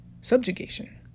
subjugation